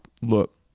look